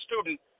student